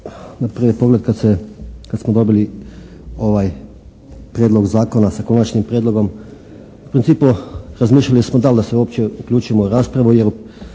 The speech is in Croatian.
na prvi pogled kad se, kad smo dobili ovaj Prijedlog zakona sa Konačnim prijedlogom u principu razmišljali smo da li da se uopće uključimo u raspravu jer u